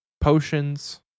potions